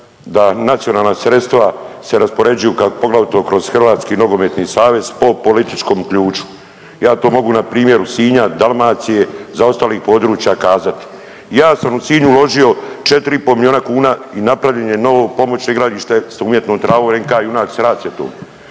da nacionalna sredstva se raspoređuju poglavito kroz HNS po političkom ključu. Ja to mogu na primjeru Sinja, Dalmacije, za ostalih područja kazati. Ja sam u Sinj uložio 4,5 milijuna kuna i napravljen je novo pomoćno igralište s umjetnom travom NK Junak